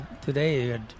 today